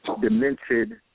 demented